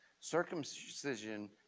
Circumcision